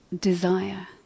desire